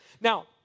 Now